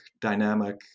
dynamic